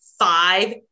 Five